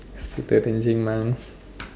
still arranging mine